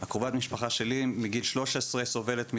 קרובת המשפחה שלי מגיל 13 סובלת מזה,